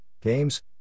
games